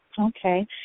Okay